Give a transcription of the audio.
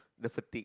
that's a tick